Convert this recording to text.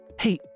Hey